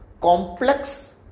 complex